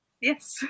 Yes